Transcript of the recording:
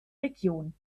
region